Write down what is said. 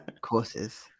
courses